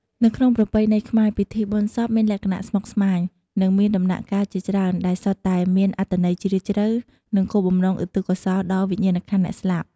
នៅក្នុងប្រពៃណីខ្មែរ ពិធីបុណ្យសពមានលក្ខណៈស្មុគស្មាញ និងមានដំណាក់កាលជាច្រើន ដែលសុទ្ធតែមានអត្ថន័យជ្រាលជ្រៅ និងគោលបំណងឧទ្ទិសកុសលដល់វិញ្ញាណក្ខន្ធអ្នកស្លាប់។